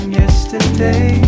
yesterday